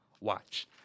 watch